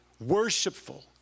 worshipful